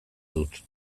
dut